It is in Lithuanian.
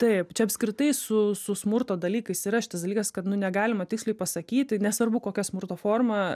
taip čia apskritai su su smurto dalykais yra šitas dalykas kad nu negalima tiksliai pasakyti nesvarbu kokia smurto forma